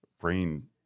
brain